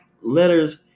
letters